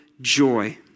joy